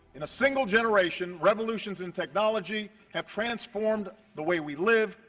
in a single generation, revolutions in technology have transformed the way we live,